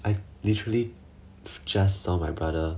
I literally just saw my brother